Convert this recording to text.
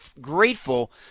grateful